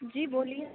جی بولیے